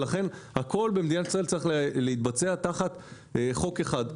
הכול במדינת ישראל צריך להתבצע תחת חוק אחד.